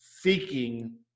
seeking